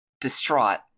distraught